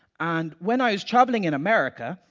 and when i was travelling in america,